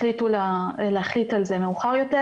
החליטו להחליט על זה מאוחר יותר,